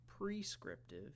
prescriptive